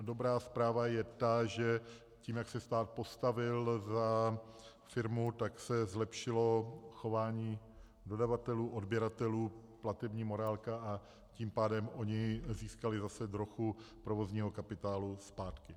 Dobrá zpráva je ta, že tím, jak se stát postavil za firmu, tak se zlepšilo chování dodavatelů, odběratelů, platební morálka, a tím pádem oni získali zase trochu provozního kapitálu zpátky.